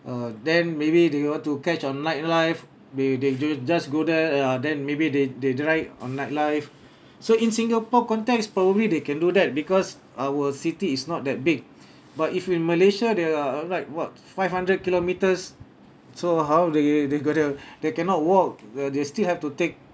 uh then maybe they want to catch on nightlife they they do just go there ah then maybe they they drag on nightlife so in singapore context probably they can do that because our city is not that big but if in malaysia they are like what five hundred kilometres so how they they go to they cannot walk uh they still have to take